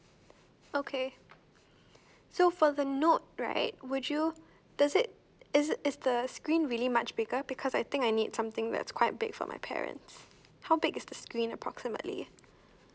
okay so for the note right would you does it is is the screen really much bigger because I think I need something that's quite big from my parents how big is the screen approximately